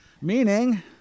Meaning